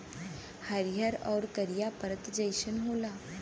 हरिहर आउर करिया परत जइसन होला